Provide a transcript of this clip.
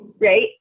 Right